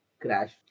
Crash